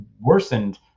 worsened